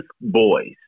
boys